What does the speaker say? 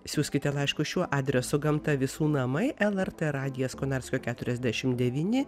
siųskite laiškus šiuo adresu gamta visų namai lrt radijas konarskio keturiasdešim devyni